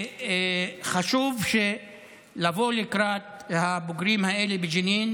חשוב לבוא לקראת הבוגרים האלה בג'נין,